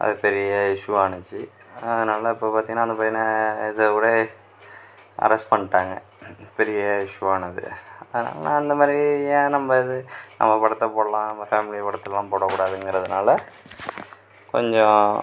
அது பெரிய இஷூவாக ஆனுச்சி அதனால இப்போ பார்த்தீங்கனா அந்த பையனை இதைவிட அரெஸ்ட் பண்ணிட்டாங்க பெரிய இஷூவானது அதனால் நான் அந்தமாதிரி ஏன் நம்ப இது நம்ம படத்தை போட்லாம் நம்ம ஃபேமிலி படத்தைலாம் போடக்கூடாதுங்கிறதுனால கொஞ்சம்